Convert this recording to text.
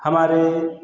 हमारे